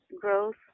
growth